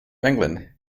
england